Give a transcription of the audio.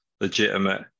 legitimate